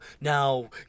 now